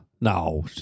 no